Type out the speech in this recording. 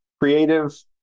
creative